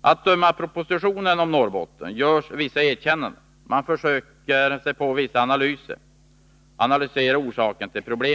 Att döma av propositionen om Norrbotten görs nu vissa erkännanden. Man försöker analysera orsakerna till problemen.